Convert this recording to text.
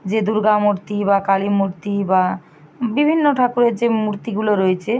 যে দুর্গা মূর্তি বা কালী মূর্তি বা বিভিন্ন ঠাকুরের যে মূর্তিগুলো রয়েছে